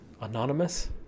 Anonymous